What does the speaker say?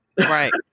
Right